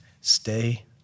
Stay